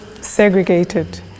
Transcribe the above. segregated